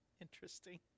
Interesting